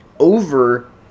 over